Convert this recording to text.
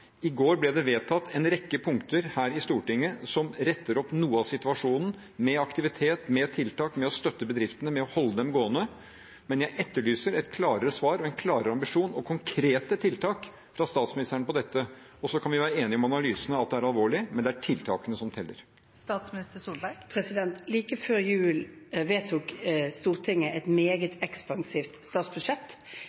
I går ble det her i Stortinget vedtatt en rekke punkter som retter opp noe av situasjonen, med aktivitet, med tiltak, med å støtte bedriftene og med å holde dem gående. Men jeg etterlyser et klarere svar, en klarere ambisjon og konkrete tiltak fra statsministeren på dette. Så kan vi være enige om analysene, at det er alvorlig, men det er tiltakene som teller. Like før jul vedtok Stortinget et